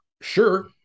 sure